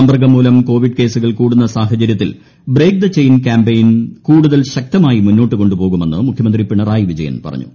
സമ്പർക്കം മൂലം കോവിഡ് കേസുകൾ കൂടുന്ന സാഹചര്യത്തിൽ ബ്രെയ്ക്ക് ദി ചെയ്ൻ കൃാമ്പയിൻ കൂടുതൽ ശക്തമായി മുന്നോട്ട് കൊണ്ടുപോകുമെന്ന് മുഖ്യമന്ത്രി പിണറായി വിജയൻ പറഞ്ഞു